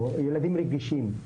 ילדים רגישים.